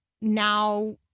now